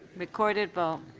recorded vote